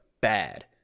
bad